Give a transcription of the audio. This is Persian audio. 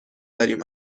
داریم